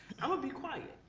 i'ma be quiet,